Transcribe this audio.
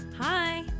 Hi